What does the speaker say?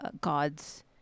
God's